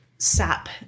Sap